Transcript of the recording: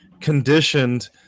conditioned